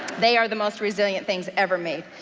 they are the most resilient things ever made.